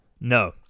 No